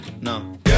No